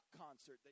concert